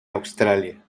australia